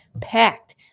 packed